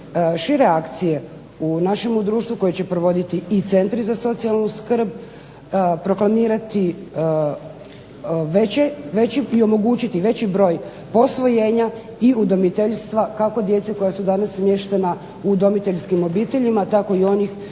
šire akcije u našemu društvu koje će provoditi i centri za socijalnu skrb proklamirati veće i omogućiti veći broj posvojenja i udomiteljstva kako djece koja su danas smještena u udomiteljskim obiteljima, tako i onih koja